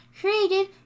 created